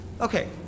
Okay